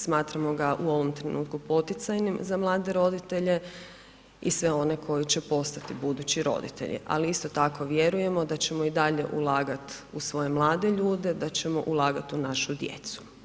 Smatramo ga u ovom trenutku poticajnim za mlade roditelje i sve one koji će postati budući roditelji, ali isto tako vjerujemo da ćemo i dalje ulagat u svoje mlade ljude, da ćemo ulagati u našu djecu.